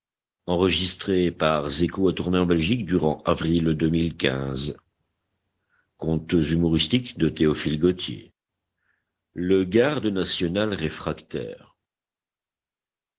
les joues le garde national réfractaire